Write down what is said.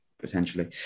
potentially